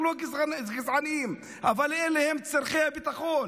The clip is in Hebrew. אנחנו לא גזענים, אבל אלה צורכי הביטחון.